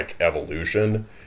evolution